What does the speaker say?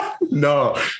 No